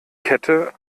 kette